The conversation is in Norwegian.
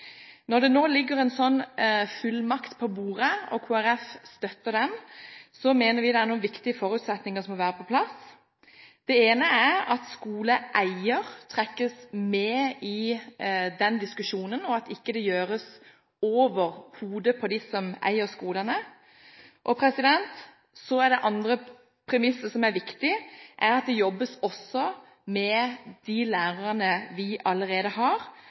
Når det nå ligger en slik fullmakt på bordet og Kristelig Folkeparti støtter den, mener vi det er noen viktige forutsetninger som må være på plass. Det ene er at skoleeier trekkes med i diskusjonen, og at dette ikke gjøres over hodet på dem som eier skolene. Det andre premisset som er viktig, er at det også jobbes med de lærerne vi allerede har